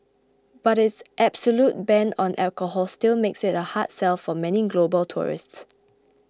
but its absolute ban on alcohol still makes it a hard sell for many global tourists